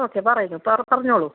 okay പറയുന്നു പറ പറഞ്ഞോളൂ